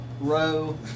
row